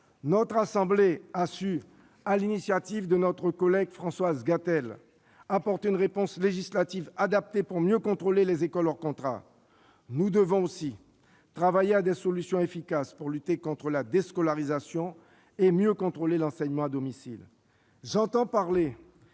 notre assemblée a su, sur l'initiative de notre collègue Françoise Gatel, apporter une réponse législative adaptée pour mieux contrôler les écoles hors contrat. Nous devons aussi travailler à des solutions efficaces pour lutter contre la déscolarisation et mieux contrôler l'enseignement à domicile. J'entends parler